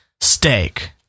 steak